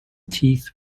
teeth